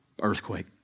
earthquake